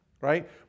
right